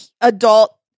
adult